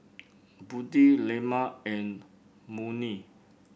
Budi Leman and Murni